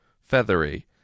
feathery